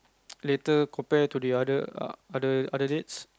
later compare to the other other dates